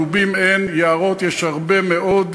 דובים אין, יערות יש הרבה מאוד,